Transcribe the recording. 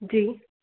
जी